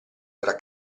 tra